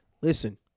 listen